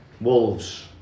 Wolves